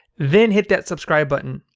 then hit that subscribe button.